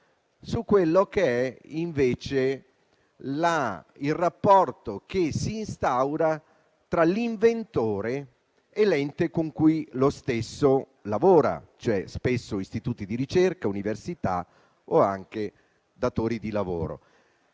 su quello che è, invece, il rapporto che si instaura tra l'inventore e l'ente con cui lo stesso lavora, spesso istituti di ricerca, università o anche datori di lavoro.